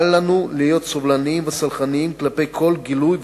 אל לנו להיות סובלניים וסלחניים כלפי כל גילוי,